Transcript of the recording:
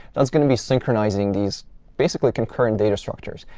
that's going to be synchronizing these basically concurrent data structures.